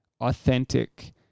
authentic